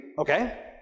Okay